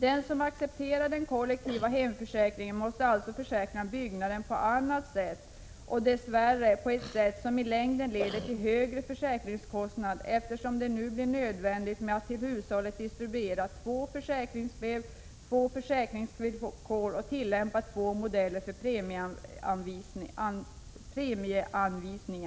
Den som accepterar en kollektiv hemförsäkring måste alltså försäkra byggnaden på annat sätt, dess värre på ett sätt som i längden leder till högre försäkringskostnader, eftersom det blir nödvändigt att till hushållet distribuera två försäkringsbrev och två uppsättningar av försäkringsvillkor samt tillämpa två modeller för premieanvisning.